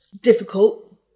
difficult